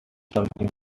something